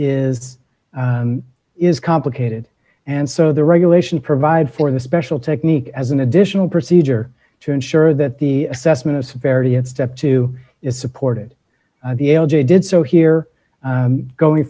is is complicated and so the regulation provide for the special technique as an additional procedure to ensure that the assessment of severity of step two is supported the l j did so here going